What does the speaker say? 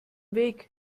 weg